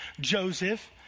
Joseph